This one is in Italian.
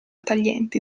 taglienti